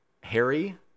Harry